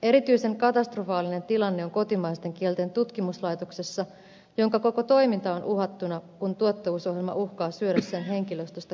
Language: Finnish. erityisen katastrofaalinen tilanne on kotimaisten kielten tutkimuskeskuksessa jonka koko toiminta on uhattuna kun tuottavuusohjelma uhkaa syödä sen henkilöstöstä kolmanneksen